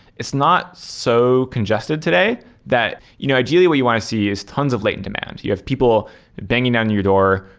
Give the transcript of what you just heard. it's not so congested today that you know ideally what you want to see is tons of latent demand. you have people banging on your door,